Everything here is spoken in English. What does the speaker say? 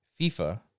FIFA